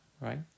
right